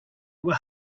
were